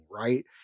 right